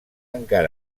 encara